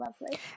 lovely